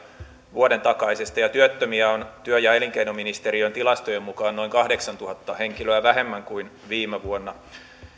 vuoden takaisesta ja työttömiä on työ ja elinkeinoministeriön tilastojen mukaan noin kahdeksantuhatta henkilöä vähemmän kuin viime vuonna